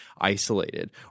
isolated